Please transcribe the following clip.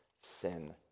sin